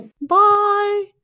Bye